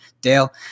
Dale